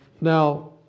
Now